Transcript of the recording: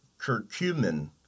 curcumin